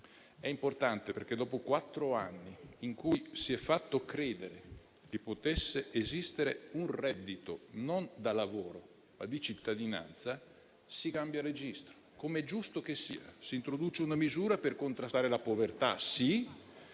È importante, perché dopo quattro anni in cui si è fatto credere che potesse esistere un reddito, non da lavoro, ma di cittadinanza, si cambia registro, com'è giusto che sia. Si introduce una misura per contrastare la povertà, sì,